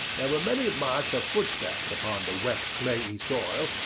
there were many marks of footsteps upon the wet clayey soil,